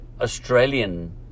Australian